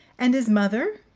and his mother?